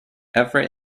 every